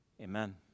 Amen